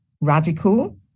radical